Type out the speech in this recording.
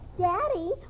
Daddy